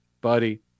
buddy